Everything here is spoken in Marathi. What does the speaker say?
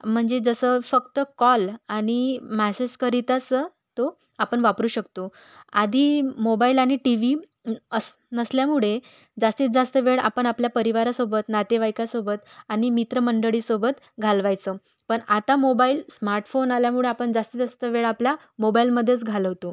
म्हणजे जसं फक्त कॉल आणि मेसेजकरिताच तो आपण वापरू शकतो आधी मोबाईल आणि टी वी अस् नसल्यामुळे जास्तीत जास्त वेळ आपण आपल्या परिवारासोबत नातेवाईकासोबत आणि मित्रमंडळीसोबत घालवायचो पण आता मोबाईल स्मार्ट फोन आल्यामुळे आपण जास्तीत जास्त वेळ आपला मोबाईलमध्येच घालवतो